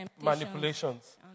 Manipulations